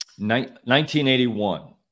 1981